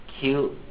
cute